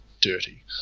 dirty